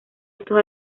estos